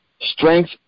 Strength